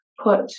put